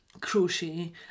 crochet